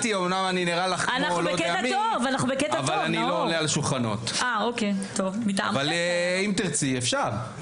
אני לא עולה על שולחנות, אבל אם תרצי, אפשר.